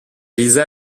lisa